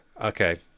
Okay